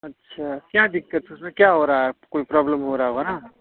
अच्छा क्या दिक्कत उसमें क्या हो रहा है कोई प्रॉब्लम हो रहा होगा ना